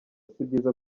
sibyiza